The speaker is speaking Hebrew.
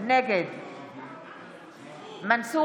נגד מנסור עבאס,